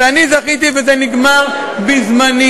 ואני זכיתי וזה נגמר בזמני,